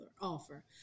offer